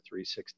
360